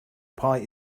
pie